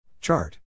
Chart